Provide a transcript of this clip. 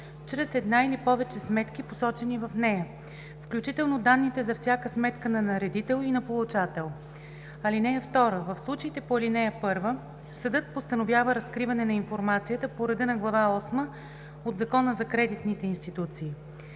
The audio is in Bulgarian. чрез една или повече сметки, посочени в нея, включително данните за всяка сметка на наредител и на получател. (2) В случаите по ал. 1 съдът постановява разкриване на информацията по реда на Глава осма от Закона за кредитните институции.